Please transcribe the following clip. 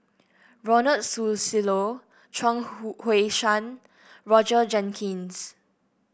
Ronald Susilo Chuang Hui Tsuan Roger Jenkins